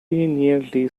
nearly